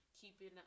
keeping